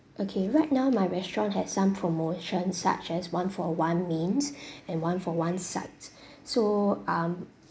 okay right now my restaurant have some promotion such as one for one mains and one for one sides so um